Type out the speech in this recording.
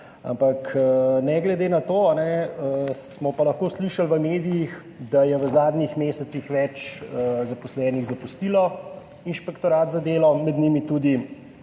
Ampak ne glede na to, smo pa lahko slišali v medijih, da je v zadnjih mesecih več zaposlenih zapustilo Inšpektorat za delo, med njimi tudi